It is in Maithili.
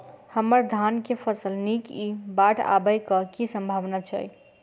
हम्मर धान केँ फसल नीक इ बाढ़ आबै कऽ की सम्भावना छै?